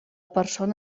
persona